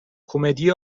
کمدی